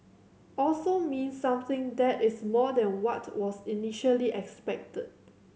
also means something that is more than what was initially expected